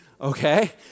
Okay